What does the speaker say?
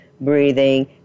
breathing